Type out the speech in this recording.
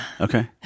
Okay